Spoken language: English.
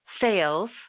Sales